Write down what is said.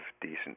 decent